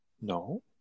No